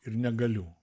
ir negaliu